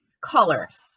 colors